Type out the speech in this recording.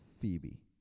Phoebe